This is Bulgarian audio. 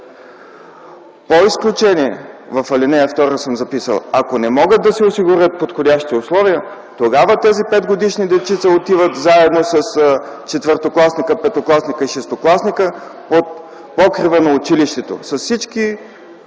По изключение в ал. 2 съм записал – ако не могат да се осигурят подходящи условия, тогава тези 5 годишни дечица отиват, заедно с четвъртокласника, петокласника и шестокласника под покрива на училището с всички